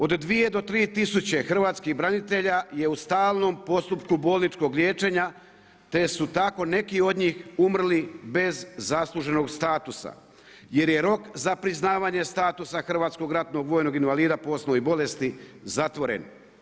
Od 2000-3000 hrvatskih branitelja je u stalnom postupku bolničkog liječenja, te su tako neki od njih umrli bez zasluženog status, jer je rok za priznavanje statusa hrvatskog ratnog vojnog invalida po osnovi bolesti zatvoren.